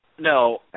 No